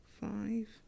five